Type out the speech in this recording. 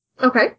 Okay